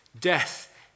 Death